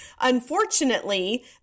Unfortunately